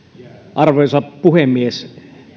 arvoisa puhemies